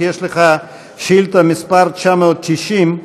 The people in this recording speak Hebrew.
כי יש לך שאילתה מס' 990,